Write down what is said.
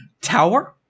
Tower